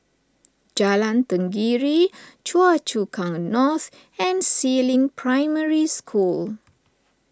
Jalan Tenggiri Choa Chu Kang North and Si Ling Primary School